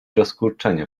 rozkurczenie